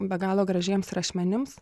be galo gražiems rašmenims